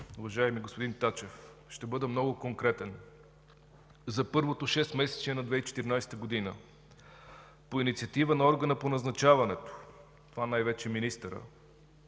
Уважаеми господин Тачев, ще бъда много конкретен. За първото шестмесечие на 2014 г. по инициатива на органа по назначаването, това най-вече е министърът,